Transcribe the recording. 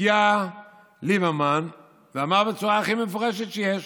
הגיע ליברמן ואמר בצורה הכי מפורשת שיש